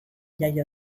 jaio